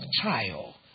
trial